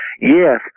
Yes